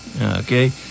Okay